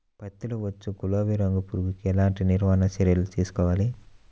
పత్తిలో వచ్చు గులాబీ రంగు పురుగుకి ఎలాంటి నివారణ చర్యలు తీసుకోవాలి?